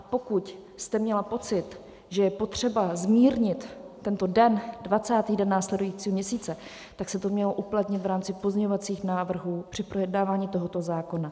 Pokud jste měla pocit, že je potřeba zmírnit tento den, 20. den následujícího měsíce, tak se to mělo uplatnit v rámci pozměňovacích návrhů při projednávání tohoto zákona.